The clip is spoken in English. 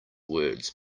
words